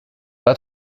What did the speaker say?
pas